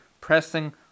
pressing